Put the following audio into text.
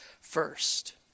first